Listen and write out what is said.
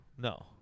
No